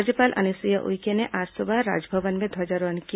राज्यपाल अनुसुईया उइके ने आज सुबह राजभवन में ध्वजारोहण किया